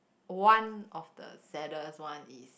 one of the saddest one is